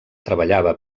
treballava